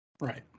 Right